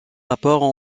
rapports